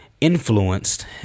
influenced